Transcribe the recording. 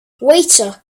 waiter